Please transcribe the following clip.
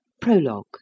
Prologue